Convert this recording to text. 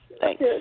Thanks